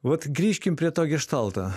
vat grįžkim prie to geštalto